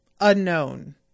Unknown